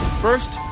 First